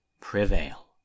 prevail